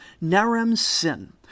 Naram-sin